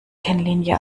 kennlinie